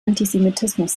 antisemitismus